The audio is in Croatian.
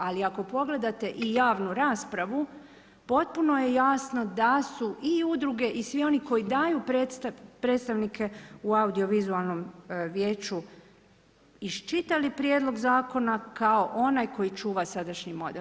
Ali, ako pogledate i javnu raspravu, potpuno je jasno da su i udruge i svi oni koji daju predstavnike u audiovizualnom vijeću, iščitali prijedlog zakona, kao i onaj koji čuva sadašnji model.